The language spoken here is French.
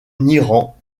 iran